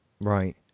Right